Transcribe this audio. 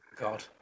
God